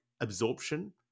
absorption